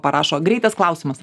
parašo greitas klausimas